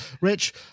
Rich